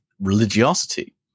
religiosity